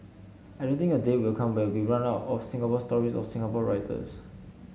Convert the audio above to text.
I don't think a day will come where we run out of Singapore stories or Singapore writers